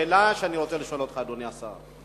השאלה שאני רוצה לשאול אותך, אדוני השר: